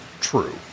true